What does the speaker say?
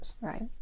Right